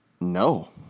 No